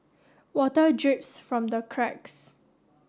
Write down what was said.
water drips from the cracks